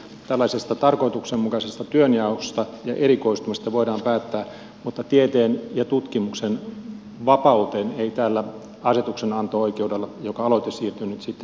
tällaisesta tarkoituksenmukaisesta työnjaosta ja erikoistumisesta voidaan päättää mutta tieteen ja tutkimuksen vapauteen ei tällä asetuksenanto oikeudella jonka aloite siirtynyt sitä